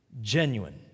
genuine